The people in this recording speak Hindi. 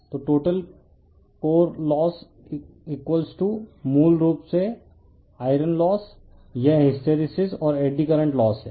तो टोटल कोर लोस मूल रूप से आयरन लोस यह हिस्टैरिसीस और एड़ी करंट लोस है